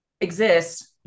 exist